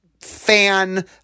fan